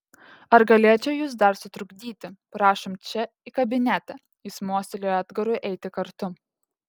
ar galėčiau jus dar sutrukdyti prašom čia į kabinetą jis mostelėjo edgarui eiti kartu